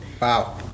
Wow